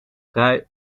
rij